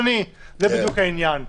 אז זה בדיוק העניין.